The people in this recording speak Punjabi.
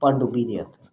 ਪਰ ਡੁੱਬ ਹੀ ਗਿਆ